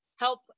help